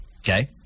Okay